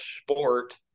sport